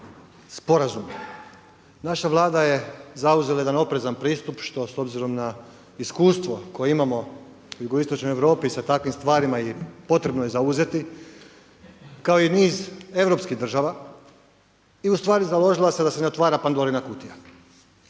Naša Vlada je zauzela jedan oprezan pristup, što s obzirom na iskustvo koje imamo u jugoistočnoj Europi sa takvim stvarima i potrebno je zauzeti, kao i niz europskih država i ustvari založila se da se ne otvara Pandorina kutija.